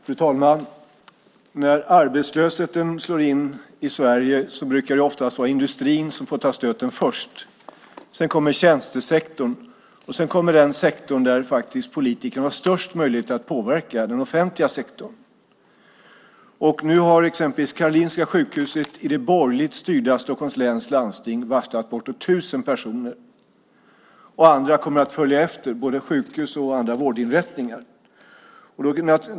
Fru talman! När arbetslösheten slår in i Sverige brukar det oftast vara industrin som får ta stöten först. Sedan kommer tjänstesektorn, och sedan kommer den sektor där politikerna har störst möjlighet att påverka, den offentliga sektorn. Nu har exempelvis Karolinska sjukhuset i det borgerligt styrda Stockholms läns landsting varslat bortåt 1 000 personer. Andra kommer att följa efter, både sjukhus och andra vårdinrättningar.